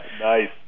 Nice